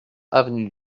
avenue